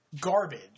garbage